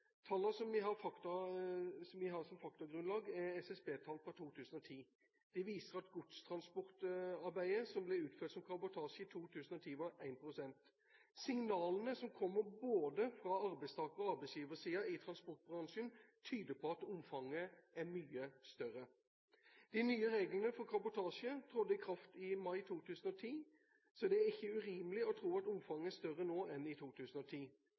Tallene som vi har som faktagrunnlag, er tall fra SSB fra 2010. De viser at godstransportarbeidet som ble utført som kabotasje i 2010, var på 1 pst. Signalene som kommer fra både arbeidstaker- og arbeidsgiversiden i transportbransjen, tyder på at omfanget er mye større. De nye reglene for kabotasje trådte i kraft i mai 2010, så det er ikke urimelig å tro at omfanget er større nå enn i 2010.